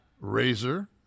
Razor